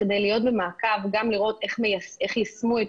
כדי להיות במעקב וגם לראות איך יישמו את